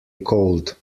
cold